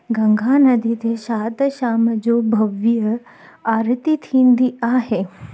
गंगा नदी ते छा त शाम जो भव्य आरती थींदी आहे